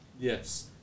Yes